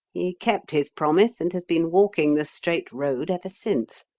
he kept his promise and has been walking the straight road ever since.